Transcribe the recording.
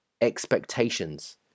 expectations